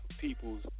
people's